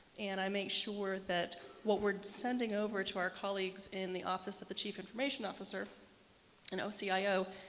and i make sure that what we're sending over to our colleagues in the office of the chief information officer in ocio,